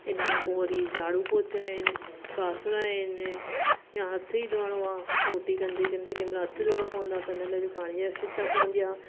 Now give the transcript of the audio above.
इन खां पोइ वरी झाडू पोचा आहिनि बासण आहिनि या हथु ई धोइणो आहे रोटी कंदे कंदे कंहिं महिल हथु धोइणो पवंदो आहे त हुन लाइ बि पाणी जी आवश्यकता पवंदी आहे